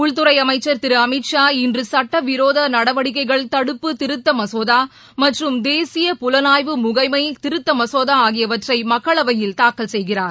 உள்துறை அமைச்சர் திரு அமித் ஷா இன்று சட்டவிரோத நடவடிக்கைகள் தடுப்பு திருத்த மசோதா மற்றும் தேசிய புலனாய்வு முகமை திருத்த மசோதா ஆகியவற்றை மக்களவையில் தாக்கல் செய்கிறார்